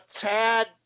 tad